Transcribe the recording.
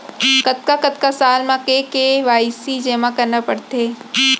कतका कतका साल म के के.वाई.सी जेमा करना पड़थे?